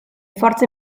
forze